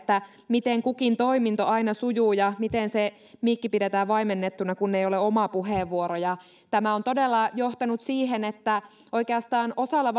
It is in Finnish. miten mikäkin toiminto aina sujuu ja miten se mikki pidetään vaimennettuna kun ei ole oma puheenvuoro tämä on todella johtanut siihen että osalla